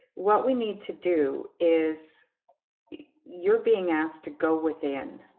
what we need to do is you're being asked to go within